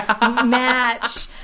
match